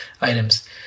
items